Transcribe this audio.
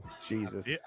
Jesus